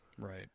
Right